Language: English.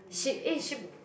she eh she